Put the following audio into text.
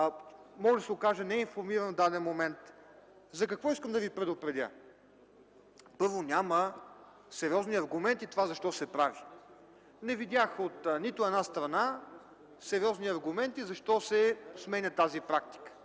може да се окаже неинформиран в даден момент. За какво искам да Ви предупредя? Първо, няма сериозни аргументи защо се прави това. Не видях от нито една страна сериозни аргументи защо се сменя тази практика,